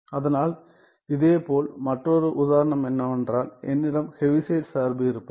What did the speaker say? அதனால் இதேபோல் மற்றொரு உதாரணம் என்னவென்றால் என்னிடம் ஹெவிசைட் சார்பு இருப்பது